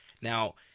Now